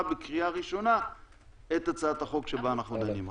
בקריאה ראשונה את הצעת החוק שבה אנחנו דנים עכשיו?